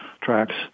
tracks